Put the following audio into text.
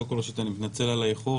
קודם כל אני מתנצל על האיחור,